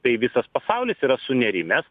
tai visas pasaulis yra sunerimęs